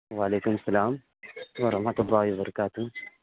وعلیکم السلام و رحمۃ اللہ و برکاتہ